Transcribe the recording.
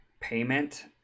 payment